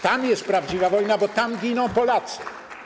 Tam jest prawdziwa wojna, bo tam giną Polacy.